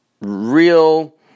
real